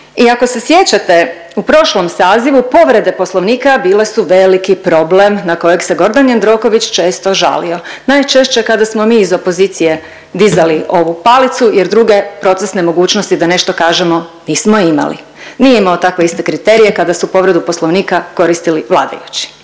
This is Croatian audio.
I ako se sjećate u prošlom sazivu povrede Poslovnika bile su veliki problem na kojeg se Gordan Jandroković često žalio, najčešće kada smo mi iz opozicije dizali ovu palicu jer druge procesne mogućnosti da nešto kažemo nismo imali. Nije imao takve iste kriterije kada su povredu Poslovnika koristili vladajući.